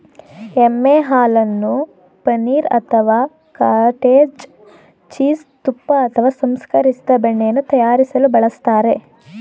ಎಮ್ಮೆ ಹಾಲನ್ನು ಪನೀರ್ ಅಥವಾ ಕಾಟೇಜ್ ಚೀಸ್ ತುಪ್ಪ ಅಥವಾ ಸಂಸ್ಕರಿಸಿದ ಬೆಣ್ಣೆಯನ್ನು ತಯಾರಿಸಲು ಬಳಸ್ತಾರೆ